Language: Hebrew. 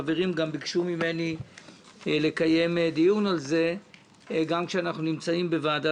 חלק מהחברים גם ביקשו ממני לקיים דיון על זה גם כשאנחנו נמצאים בוועדה